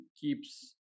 keeps